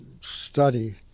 study